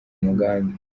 mugambi